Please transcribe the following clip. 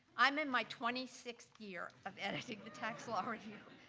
i'm in my twenty sixth year of editing the tax law review,